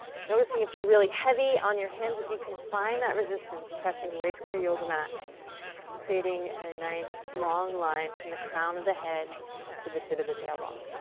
noticing if you're really heavy on your hands if you can find that resistance pressing away from your yoga mat creating a nice long line from the crown of the head to the tip of the tailbone.